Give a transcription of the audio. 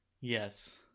Yes